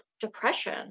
depression